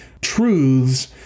truths